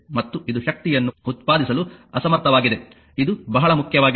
ಮತ್ತು ಇದು ಶಕ್ತಿಯನ್ನು ಉತ್ಪಾದಿಸಲು ಅಸಮರ್ಥವಾಗಿದೆ ಇದು ಬಹಳ ಮುಖ್ಯವಾಗಿದೆ